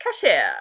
cashier